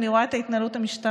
אני רואה את ההתנהלות המשטרה.